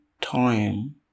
time